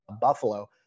Buffalo